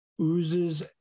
oozes